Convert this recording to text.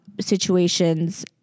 situations